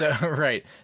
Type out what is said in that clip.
Right